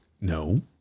No